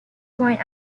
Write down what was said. joint